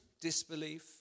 disbelief